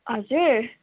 हजुर